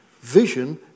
vision